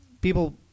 people